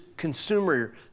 consumer